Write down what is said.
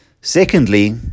Secondly